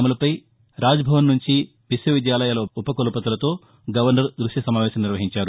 అమలుపై రాజ్భవన్ నుంచి విశ్వవిద్యాలయాల ఉపకులపతులతో గవర్నర్ దృశ్య సమావేశం నిర్వహించారు